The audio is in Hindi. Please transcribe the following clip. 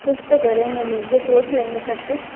कुछ तो करेंगे मिल के सोच लेंगे सब कुछ